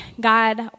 God